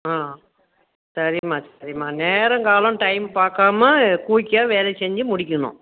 ஆ சரிம்மா சரிம்மா நேரம்காலம் டைம் பார்க்காம குயிக்காக வேலை செஞ்சு முடிக்கணும்